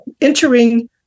entering